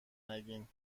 نگین